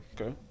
Okay